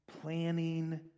planning